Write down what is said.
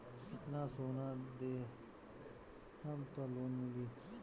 कितना सोना देहम त लोन मिली?